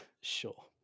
Sure